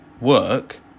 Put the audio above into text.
work